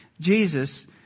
Jesus